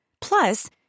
Plus